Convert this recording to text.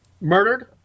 murdered